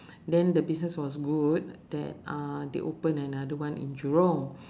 then the business was good that uh they open another one in jurong